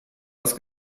das